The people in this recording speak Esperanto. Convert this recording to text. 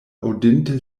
aŭdinte